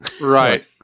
Right